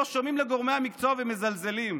לא שומעים לגורמי המקצוע ומזלזלים.